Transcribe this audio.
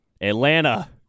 Atlanta